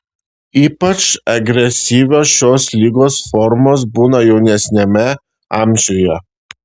ypač agresyvios šios ligos formos būna jaunesniame amžiuje